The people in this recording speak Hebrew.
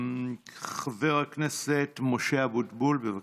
חבר הכנסת משה אבוטבול, בבקשה.